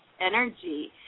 energy